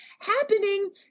happening